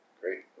great